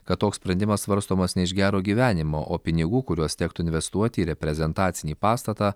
kad toks sprendimas svarstomas ne iš gero gyvenimo o pinigų kuriuos tektų investuoti į reprezentacinį pastatą